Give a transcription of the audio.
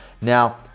Now